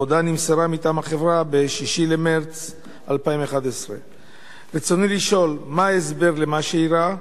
הודעה מטעם החברה נמסרה ב-6 במרס 2011. רצוני לשאול: 1. מה הוא ההסבר למה שאירע?